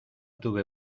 tuve